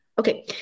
Okay